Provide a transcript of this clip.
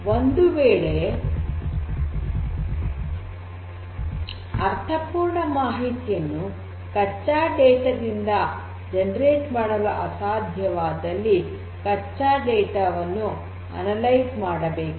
ಒಂದುವೇಳೆ ಅರ್ಥಪೂರ್ಣ ಮಾಹಿತಿಯನ್ನು ಕಚ್ಚಾ ಡೇಟಾ ದಿಂದ ಉತ್ಪಾದಿಸಲು ಅಸಾಧ್ಯವಾದಲ್ಲಿ ಕಚ್ಚಾ ಡೇಟಾ ವನ್ನು ಅನಲೈಜ್ ಮಾಡಬೇಕು